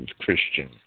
Christian